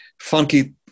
funky